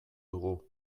dugu